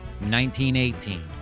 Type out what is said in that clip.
1918